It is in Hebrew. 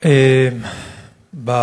תודה רבה,